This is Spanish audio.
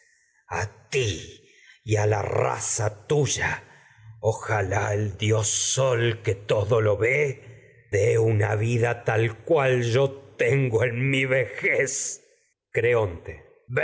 asi ti y a ojalá el dios sol que todo lo ve dé una vida tal cual tengo en mi vejez